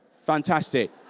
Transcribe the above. Fantastic